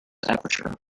aperture